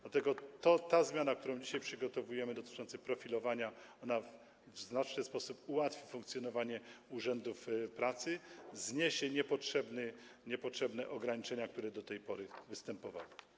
Dlatego ta zmiana, którą dzisiaj przygotowujemy, dotycząca profilowania w znaczny sposób ułatwi funkcjonowanie urzędów pracy, zniesie niepotrzebne ograniczenia, które do tej pory występowały.